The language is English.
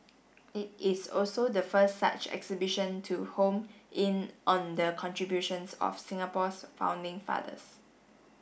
it is also the first such exhibition to home in on the contributions of Singapore's founding fathers